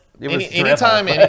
anytime